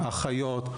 אחיות.